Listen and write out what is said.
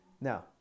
Now